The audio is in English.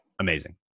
Amazing